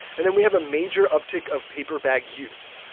and then we have a major uptick of paper bag use.